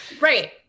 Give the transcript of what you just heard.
Right